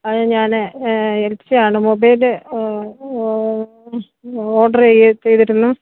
അത് ഞാൻ എനിക്കാണ് മൊബൈല് ഓട്ര് ചെയ്തിരുന്നു